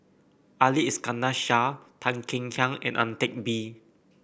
Ali Iskandar Shah Tan Kek Hiang and Ang Teck Bee